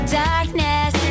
darkness